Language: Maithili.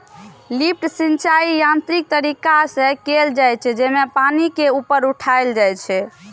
लिफ्ट सिंचाइ यांत्रिक तरीका से कैल जाइ छै, जेमे पानि के ऊपर उठाएल जाइ छै